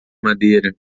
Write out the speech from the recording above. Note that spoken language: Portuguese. madeira